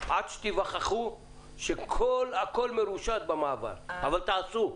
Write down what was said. עד שתיווכחו שהכול מרושת במעבר, אבל תעשו.